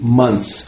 months